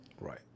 Right